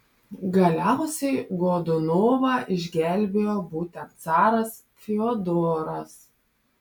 galiausiai godunovą išgelbėjo būtent caras fiodoras